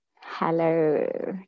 hello